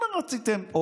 אם רציתם,